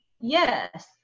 Yes